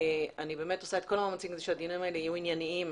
אני באמת עושה את כל המאמצים שהדיונים האלה יהיו ענייניים,